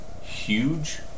huge